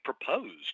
proposed